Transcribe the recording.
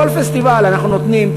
בכל פסטיבל אנחנו נותנים,